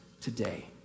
today